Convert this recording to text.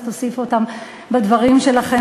אז תוסיפו אותם בדברים שלכם.